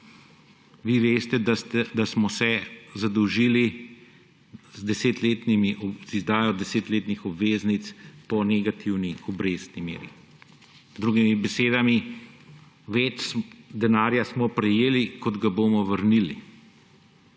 Vi veste, da smo se zadolžili z izdajo 10-letnih obveznic po negativni obrestni meri, z drugimi besedami, več denarja smo prejeli, kot ga bomo vrnili.